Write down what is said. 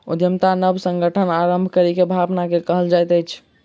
उद्यमिता नब संगठन आरम्भ करै के भावना के कहल जाइत अछि